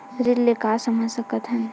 ऋण ले का समझ सकत हन?